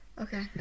Okay